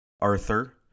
Arthur